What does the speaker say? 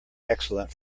excellent